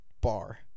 bar